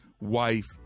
wife